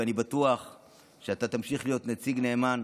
אני בטוח שאתה תמשיך להיות נציג נאמן,